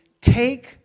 take